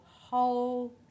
whole